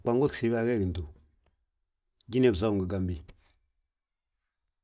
Gbango gsibi a gee gi ntów Jine bisaw ngi Gambi.